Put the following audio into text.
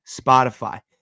Spotify